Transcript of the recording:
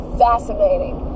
fascinating